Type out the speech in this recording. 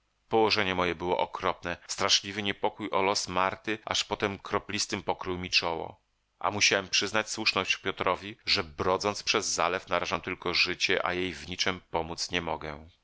położenie moje było okropne straszliwy niepokój o los marty aż potem kroplistym pokrył mi czoło a musiałem przyznać słuszność piotrowi że brodząc przez zalew narażam tylko życie a jej w niczem pomóc nie mogę